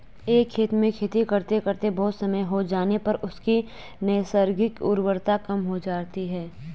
एक खेत में खेती करते करते बहुत समय हो जाने पर उसकी नैसर्गिक उर्वरता कम हो जाती है